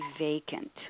vacant